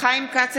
חיים כץ,